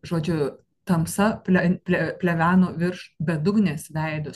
žodžiu tamsa ple ple pleveno virš bedugnės veido